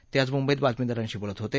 ते आज मुंबईत बातमीदारांशी बोलत होते